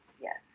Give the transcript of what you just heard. Yes